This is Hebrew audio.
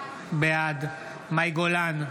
בעד מאי גולן,